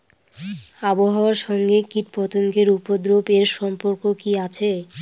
আবহাওয়ার সঙ্গে কীটপতঙ্গের উপদ্রব এর সম্পর্ক কি আছে?